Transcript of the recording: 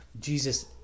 Jesus